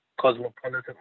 cosmopolitan